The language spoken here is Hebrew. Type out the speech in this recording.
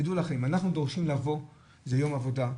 אנחנו דורשים לבוא, זה יום עבודה,